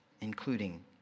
including